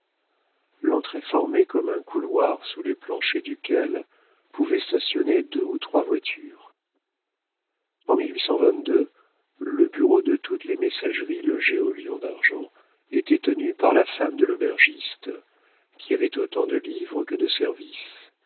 l'entrée formait comme un couloir sous les planchers duquel pouvaient stationner deux ou trois voitures en le bureau de toutes les messageries logées au lion d'argent était tenu par la femme de l'aubergiste qui avait autant de livres que de services